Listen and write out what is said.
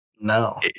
No